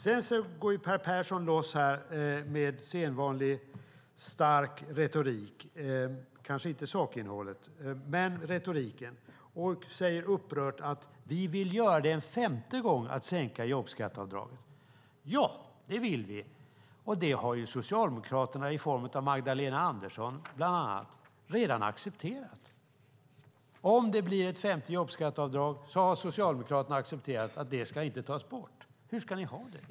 Sedan går Peter Persson loss här med sedvanlig stark retorik, men kanske inte vad gäller sakinnehållet, och säger upprört att vi vill sänka jobbskatteavdraget en femte gång. Ja, det vill vi, och det har Socialdemokraterna, exempelvis genom Magdalena Andersson, redan accepterat. Om det blir ett femte jobbskatteavdrag har Socialdemokraterna accepterat att det inte ska tas bort. Hur ska ni ha det?